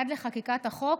עד לחקיקת החוק